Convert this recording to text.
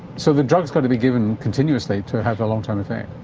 so the drug's got to be given continuously to have a long-term effect?